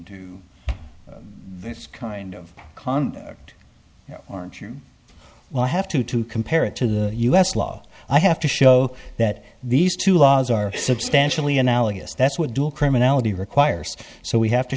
to this kind of conduct aren't you well i have to to compare it to the u s law i have to show that these two laws are substantially analogous that's what dual criminality requires so we have to